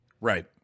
right